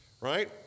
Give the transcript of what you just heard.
right